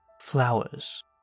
flowers